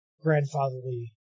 grandfatherly